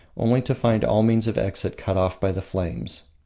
only to find all means of exit cut off by the flames.